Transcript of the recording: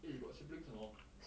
eh you got siblings or not